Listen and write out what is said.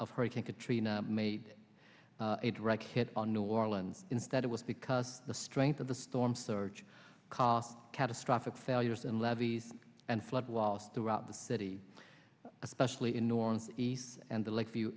of hurricane katrina made a direct hit on new orleans instead it was because the strength of the storm surge cause catastrophic failures and levees and floodwalls throughout the city especially in north east and the lake